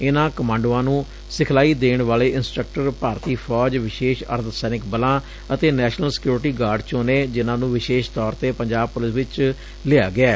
ਇਨਾਂ ਕਮਾਂਡੋਆਂ ਨੂੰ ਸਿਖਲਾਈ ਦੇਣ ਵਾਲੇ ਇਨਸਟਰਕਟਰ ਭਾਰਤੀ ਫੌਜ ਵਿਸ਼ੇਸ਼ ਅਰਧਸੈਨਿਕ ਬਲਾਂ ਅਤੇ ਨੈਸ਼ਨਲ ਸਿਕਿਊਰਟੀ ਗਾਰਡ ਚੋ ਨੇ ਜਿਨੂਾ ਨੂੰ ਵਿਸ਼ੇਸ਼ ਤੌਰ ਤੇ ਪੰਜਾਬ ਪੁਲਿਸ ਚ ਲਿਆ ਗਿਐ